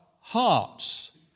hearts